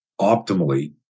optimally